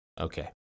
Okay